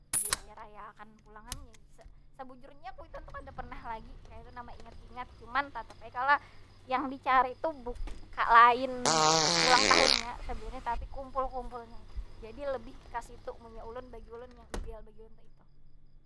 Diraya- raya akan pulang am, jar nya. Se- sebujurnya kuitan tu kada pernah lagi, kaytu nah maingat- ingat. Cuman tatap ai kalo yang dicari tu, lain ulang tahunnya sebenernya, tapi kumpul- kumpulnya itu. Jadi lebih ka situ, munnya ulun. Bagi ulun ni yang ideal bagi ulun na itu.